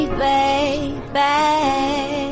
baby